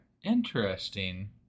Interesting